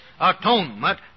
atonement